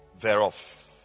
Thereof